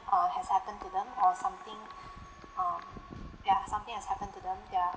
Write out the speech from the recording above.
uh has happen to them or something um ya something has happen to them ya